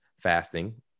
fasting